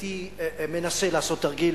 והייתי מנסה לעשות תרגיל,